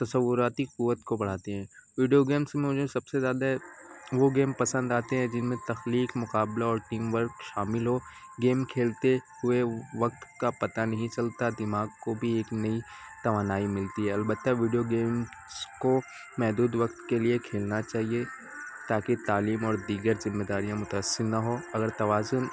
تصوراتی قوت کو بڑھاتے ہیں ویڈیو گیمس میں مجھے سب سے زیادہ وہ گیم پسند آتے ہیں جن میں تخلیق مقابلہ اور ٹیم ورک شامل ہو گیم کھیلتے ہوئے وقت کا پتہ نہیں چلتا دماغ کو بھی ایک نئی توانائی ملتی ہے البتہ ویڈیو گیمس کو محدود وقت کے لیے کھیلنا چاہیے تاکہ تعلیم اور دیگر ذمہ داریاں متاثر نہ ہو اگر توازن